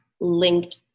linked